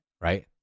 right